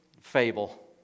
fable